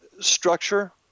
Structure